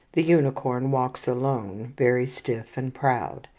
the unicorn walks alone, very stiff and proud.